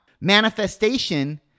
manifestation